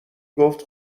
گفت